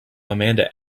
amanda